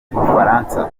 bufaransa